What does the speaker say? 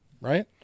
Right